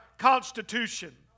Constitution